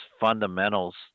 fundamentals